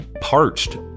parched